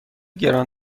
گران